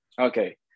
Okay